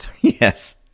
Yes